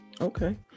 okay